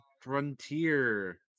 Frontier